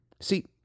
See